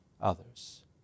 others